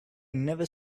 never